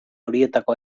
horietako